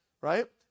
right